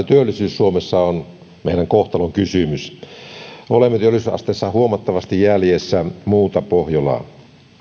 työllisyys suomessa on meidän kohtalonkysymyksemme olemme työllisyysasteessa huomattavasti jäljessä muuta pohjolaa